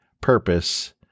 purpose